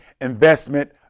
investment